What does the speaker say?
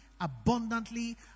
abundantly